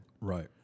Right